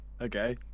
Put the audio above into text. okay